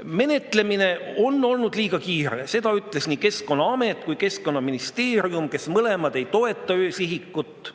Menetlemine on olnud liiga kiire. Seda ütlesid nii Keskkonnaamet kui Keskkonnaministeerium, kes mõlemad ei toeta öösihikut.